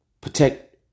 Protect